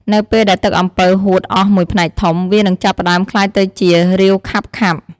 នៅពេលដែលទឹកអំពៅហួតអស់មួយផ្នែកធំ វានឹងចាប់ផ្ដើមក្លាយទៅជា រាវខាប់ៗ។